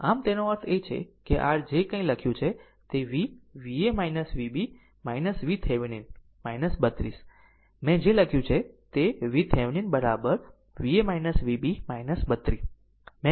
આમ તેનો અર્થ એ છે કે r જે કંઇ લખ્યું છે તે V Va Vb VThevenin 32 મેં જે લખ્યું છે VThevenin Va Vb 32 મેં ત્યાં લખ્યું છે